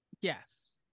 Yes